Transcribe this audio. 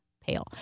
pale